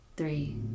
Three